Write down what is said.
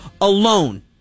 alone